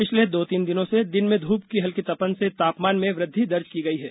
पिछले दो तीन दिनों से दिन में धूप की हल्की तपन से तापमान में वृद्धि दर्ज की गई है